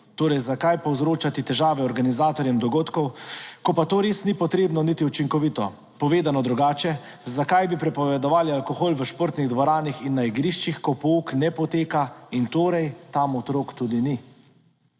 Torej zakaj povzročati težave organizatorjem dogodkov, ko pa to res ni potrebno niti učinkovito? Povedano drugače: zakaj bi prepovedovali alkohol v športnih dvoranah in na igriščih, ko pouk ne poteka in torej tam otrok tudi ni?